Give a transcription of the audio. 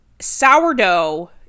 Sourdough